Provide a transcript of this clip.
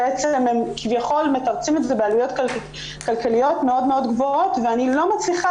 בעצם הם כביכול מתרצים את זה בעלויות כלכליות מאוד גבוהות ואני לא מצליחה